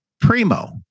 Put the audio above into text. Primo